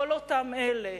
כל אותם אלה,